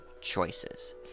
choices